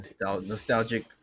nostalgic